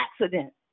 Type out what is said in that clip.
accident